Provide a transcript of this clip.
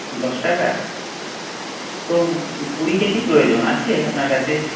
দশ টাকা তো কুড়ি কেজি প্রয়োজন আছে আপনার কাছে